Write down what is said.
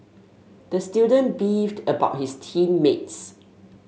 the student beefed about his team mates